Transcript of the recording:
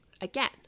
again